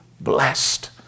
Blessed